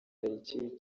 w’iki